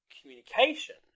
communication